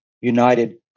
united